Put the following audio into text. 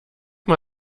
mal